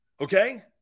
Okay